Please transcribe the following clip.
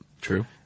True